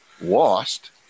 lost